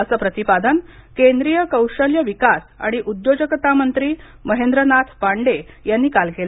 असे प्रतिपादन केंद्रीय कौशल्य विकास आणि उद्योजकता मंत्री महेंद्रनाथ पांडे यांनी काल केलं